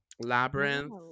labyrinth